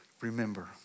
remember